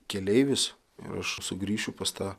keleivis ir aš sugrįšiu pas tą